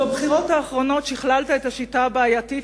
בבחירות האחרונות שכללת את השיטה הבעייתית